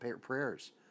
prayers